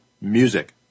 Music